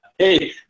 Hey